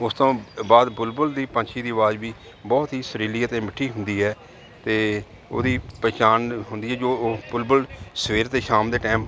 ਉਸ ਤੋਂ ਬਾਅਦ ਬੁਲਬੁਲ ਦੀ ਪੰਛੀ ਦੀ ਆਵਾਜ਼ ਵੀ ਬਹੁਤ ਹੀ ਸੁਰੀਲੀ ਅਤੇ ਮਿੱਠੀ ਹੁੰਦੀ ਹੈ ਅਤੇ ਉਹਦੀ ਪਹਿਚਾਣ ਹੁੰਦੀ ਹੈ ਜੋ ਬੁਲਬੁਲ ਸਵੇਰ ਅਤੇ ਸ਼ਾਮ ਦੇ ਟਾਈਮ